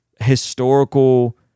historical